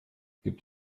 gibt